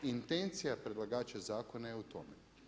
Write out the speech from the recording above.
Intencija predlagača zakona je u tome.